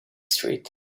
street